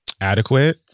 adequate